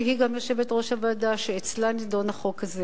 שהיא גם יושבת-ראש הוועדה שאצלה נדון החוק הזה.